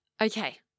Okay